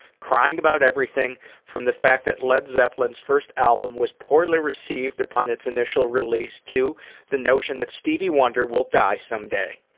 crying about everything from the fact that led zeppelin's first album was poorly received upon its initial release to the notion that stevie wonder will die someday.